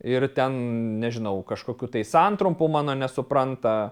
ir ten nežinau kažkokių tai santrumpų mano nesupranta